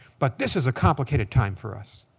but this is a complicated time for us.